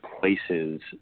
places